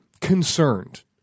concerned